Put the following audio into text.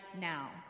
now